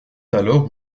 alors